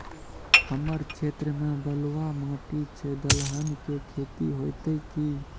हमर क्षेत्र में बलुआ माटी छै, दलहन के खेती होतै कि?